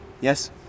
Yes